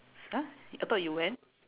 !huh! I thought you went